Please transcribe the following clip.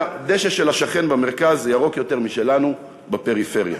שהדשא של השכן במרכז ירוק יותר משלנו בפריפריה,